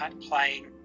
playing